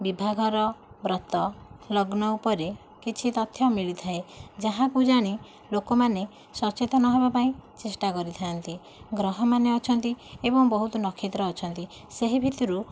ବିଭାଘର ବ୍ରତ ଲଗ୍ନ ଉପରେ କିଛି ତଥ୍ୟ ମିଳିଥାଏ ଯାହାକୁ ଜାଣି ଲୋକମାନେ ସଚେତନ ହେବାପାଇଁ ଚେଷ୍ଟା କରିଥାନ୍ତି ଗ୍ରହମାନେ ଅଛନ୍ତି ଏବଂ ବହୁତ୍ ନକ୍ଷତ୍ର ଅଛନ୍ତି ସେହି ଭିତରୁ